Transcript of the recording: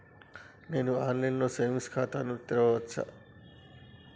నేను online లో saving ఖాతా ను తెరవచ్చా?